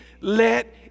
let